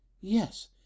Yes